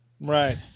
Right